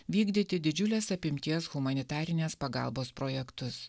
vykdyti didžiulės apimties humanitarinės pagalbos projektus